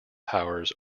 powers